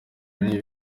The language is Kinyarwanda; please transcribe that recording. niba